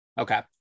Okay